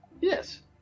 Yes